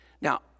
Now